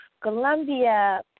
Colombia